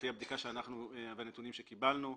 לפי הבדיקה והנתונים שקיבלנו,